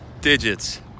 digits